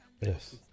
yes